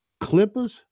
Clippers